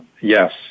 yes